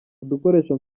udukoresho